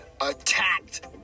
attacked